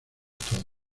todos